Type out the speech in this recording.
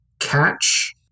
catch